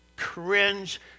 cringe